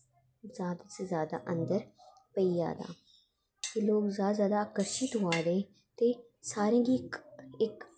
जादा से जादा अन्दर पेई जा तां ते लोग जादा ते जादा कश ई कमादे ते सारें गी इक